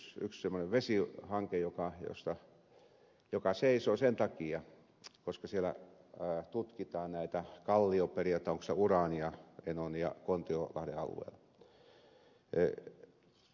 meillä on yksi semmoinen vesihanke joka seisoo sen takia että siellä tutkitaan kallioperiä onko siellä uraania enon ja kontiolahden alueilla